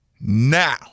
now